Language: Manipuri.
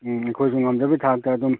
ꯎꯝ ꯑꯩꯈꯣꯏꯒꯤ ꯉꯝꯖꯕꯤ ꯊꯥꯛꯇ ꯑꯗꯨꯝ